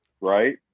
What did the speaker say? right